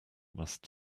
must